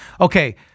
Okay